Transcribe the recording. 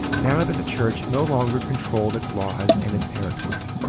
now that the church no longer controlled it's laws and it's territory